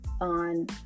on